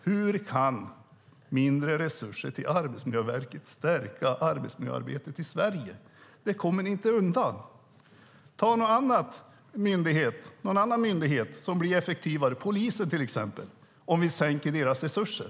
Hur kan mindre resurser till Arbetsmiljöverket stärka arbetsmiljöarbetet i Sverige? Det kommer ni inte undan. Ta någon annan myndighet - polisen, till exempel. Blir polisen effektivare om vi minskar deras resurser?